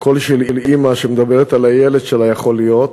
קול של אימא שמדברת על הילד שלה יכול להיות: